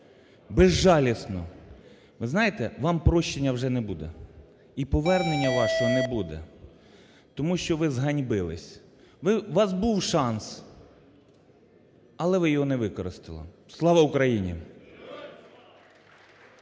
безжалісно, ви знаєте, вам прощення вже не буде. І повернення вашого не буде. Тому що ви зганьбились. У вас був шанс, але ви його не використали. Слава Україні!